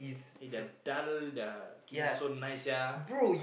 eh their daal da~ pukimak all so nice sia